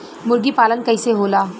मुर्गी पालन कैसे होला?